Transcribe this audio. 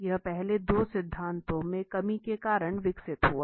यह पहले 2 सिद्धांतों में कमी के कारण विकसित हुआ